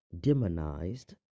Demonized